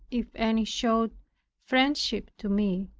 if any showed friendship to me,